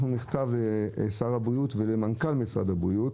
מכתב לשר הבריאות ולמנכ"ל משרד הבריאות,